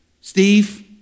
Steve